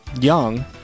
young